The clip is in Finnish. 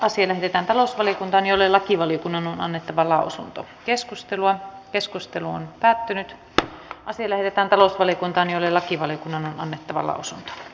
asia lähetettiin talousvaliokuntaan jolle lakivaliokunnan on annettava lausunto keskustelua keskustelu on päätynyt asennetaan talousvaliokuntaan jolle lakivaliokunnan on annettava lausunut